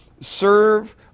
serve